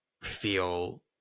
feel